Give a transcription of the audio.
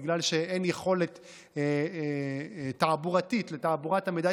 בגלל שאין יכולת תעבורתית לתעבורת המידע,